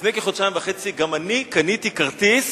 לפני כחודשיים וחצי גם אני קניתי כרטיס